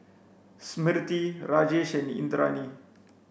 Smriti Rajesh and Indranee